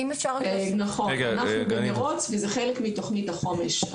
נכון, זה חלק מתכנית החומש.